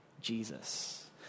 jesus